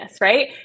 right